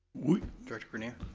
director grenier?